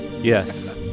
Yes